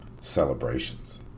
celebrations